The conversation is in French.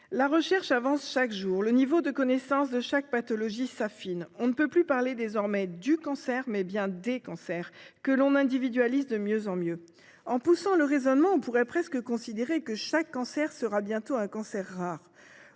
La recherche avance chaque jour. Le niveau de connaissance de chaque pathologie s'affine. On ne peut plus parler désormais « du cancer »: il faut parler « des cancers », que l'on individualise de mieux en mieux. En poussant le raisonnement, on pourrait presque considérer que chaque cancer sera bientôt un cancer rare,